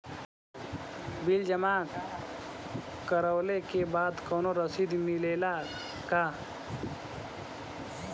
Bill जमा करवले के बाद कौनो रसिद मिले ला का?